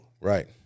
Right